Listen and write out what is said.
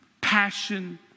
passion